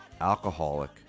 Alcoholic